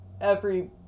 every-